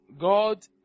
God